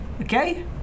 Okay